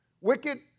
Wicked